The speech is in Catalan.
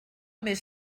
més